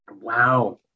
Wow